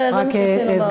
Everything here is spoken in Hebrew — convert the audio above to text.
זה מה שיש לי לומר בעניין.